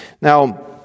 now